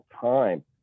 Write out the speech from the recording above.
time